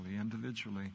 individually